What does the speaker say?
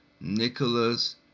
Nicholas